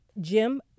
Jim